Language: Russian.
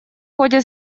ходе